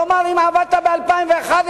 כלומר, אם עבדת ב-2011,